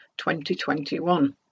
2021